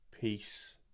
peace